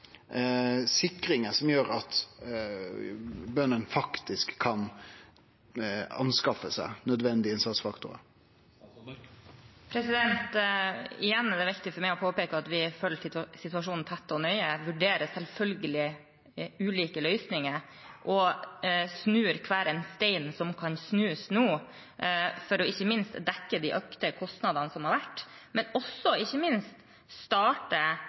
som gjer at bøndene faktisk kan anskaffe seg nødvendige innsatsfaktorar? Igjen er det viktig for meg å påpeke at vi følger situasjonen tett og nøye. Jeg vurderer selvfølgelig ulike løsninger og snur hver stein som kan snus nå, for å dekke de økte kostnadene som har vært, og ikke minst også for å starte